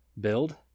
build